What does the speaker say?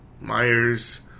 Myers